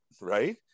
right